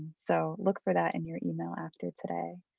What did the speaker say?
so look for that in your email after today.